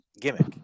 gimmick